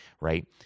right